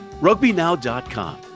rugbynow.com